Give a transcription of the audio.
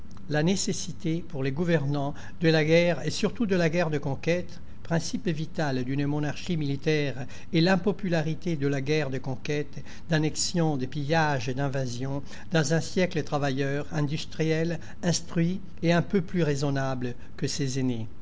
la nécessité pour les gouvernants de la guerre et surtout de la guerre de conquête principe vital d'une monarchie militaire et l'impopularité de la guerre de conquête d'annexion de pillage et d'invasion dans un siècle travailleur industriel instruit et un peu plus raisonnable que ses aînés